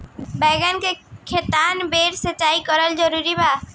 बैगन में केतना बेर सिचाई करल जरूरी बा?